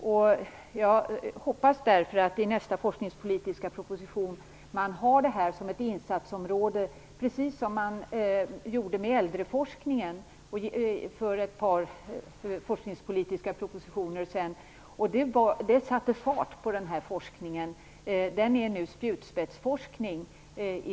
Jag hoppas därför att man har detta som ett insatsområde i nästa forskningspolitiska proposition, precis som man gjorde med äldreforskningen för ett par forskningspolitiska propositioner sedan. Det satte fart på forskningen. Den är nu spjutspetsforskning i